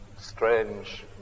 strange